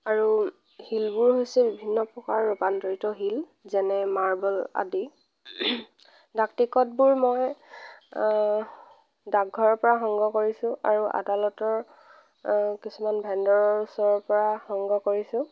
আৰু শিলবোৰ হৈছে বিভিন্ন প্ৰকাৰৰ ৰূপান্তৰিত শিল যেনে মাৰ্বল আদি ডাক টিকটবোৰ মই ডাক ঘৰৰ পৰা সংগ্ৰহ কৰিছোঁ আৰু আদালতৰ কিছুমান ভেণ্ডৰৰ ওচৰৰ পৰা সংগ্ৰহ কৰিছোঁ